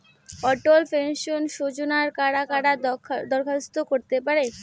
অটল pension যোজনায় কারা কারা দরখাস্ত করতে পারে?